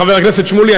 חבר הכנסת שמולי,